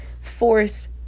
force